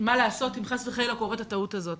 מה לעשות אם, חס וחלילה, קורית הטעות הזאת.